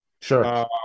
Sure